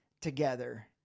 together